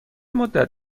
مدت